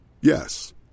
Yes